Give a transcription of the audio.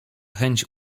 chęć